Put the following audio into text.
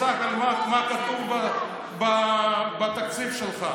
אין לך מושג מה כתוב בתקציב שלך.